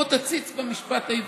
בוא תציץ במשפט העברי,